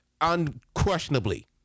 Unquestionably